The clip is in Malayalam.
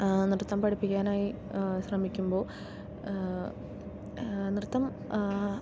നൃത്തം പഠിപ്പിക്കാനായി ശ്രമിക്കുമ്പോൾ നൃത്തം